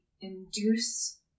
induce